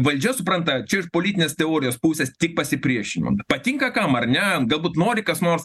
valdžia supranta čia iš politinės teorijos pusės tik pasipriešinimą patinka kam ar ne galbūt nori kas nors